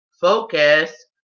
focus